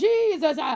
Jesus